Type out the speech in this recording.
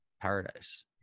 paradise